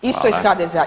Isto iz HDZ-a.